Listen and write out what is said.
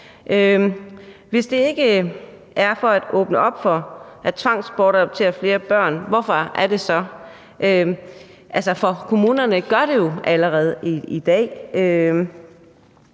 Hvis det ikke er for at åbne op for at tvangsbortadoptere flere børn, hvorfor er det så? For kommunerne gør det jo allerede i dag.